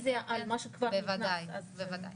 מי נמנע?